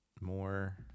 more